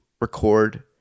record